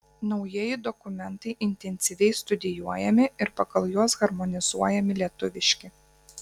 naujieji dokumentai intensyviai studijuojami ir pagal juos harmonizuojami lietuviški